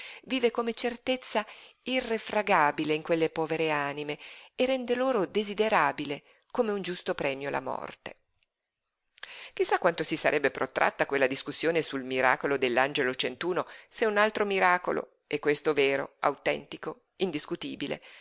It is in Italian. vive come certezza irrefragabile in quelle povere anime e rende loro desiderabile come un giusto premio la morte chi sa quanto si sarebbe protratta quella discussione sul miracolo dell'angelo centuno se un altro miracolo e questo vero autentico indiscutibile